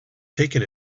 taken